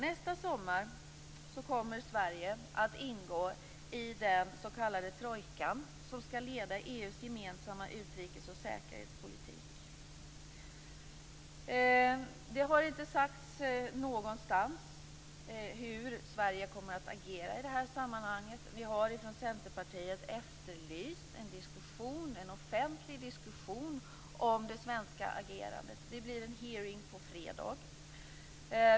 Nästa sommar kommer Sverige att ingå i den s.k. trojka som skall leda EU:s gemensamma utrikes och säkerhetspolitik. Det har inte sagts någonstans hur Sverige kommer att agera i detta sammanhang. Vi från Centerpartiet har efterlyst en offentlig diskussion om det svenska agerandet. Det blir en hearing på fredag.